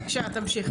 בבקשה, תמשיך.